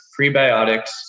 prebiotics